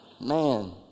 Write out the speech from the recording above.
Man